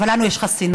אבל לנו יש חסינות